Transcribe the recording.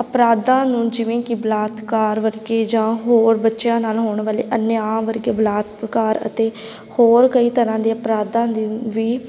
ਅਪਰਾਧਾਂ ਨੂੰ ਜਿਵੇਂ ਕਿ ਬਲਾਤਕਾਰ ਵਰਗੇ ਜਾਂ ਹੋਰ ਬੱਚਿਆਂ ਨਾਲ ਹੋਣ ਵਾਲੇ ਅਨਿਆਂ ਵਰਗੇ ਬਲਾਤਕਰ ਅਤੇ ਹੋਰ ਕਈ ਤਰ੍ਹਾਂ ਦੇ ਅਪਰਾਧਾਂ ਦੀ ਵੀ